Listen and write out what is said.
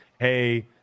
Hey